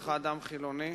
בהיותך אדם חילוני,